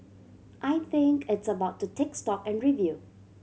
I think it's about to take stock and review